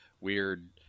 weird